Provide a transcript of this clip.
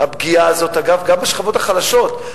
הפגיעה הזאת גם בשכבות החלשות,